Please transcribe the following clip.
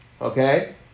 Okay